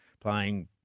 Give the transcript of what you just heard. playing